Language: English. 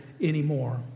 anymore